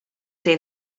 say